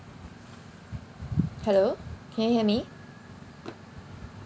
hello can you hear me